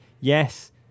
Yes